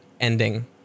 ending